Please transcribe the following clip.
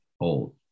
old